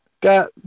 got